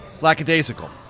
lackadaisical